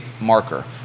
marker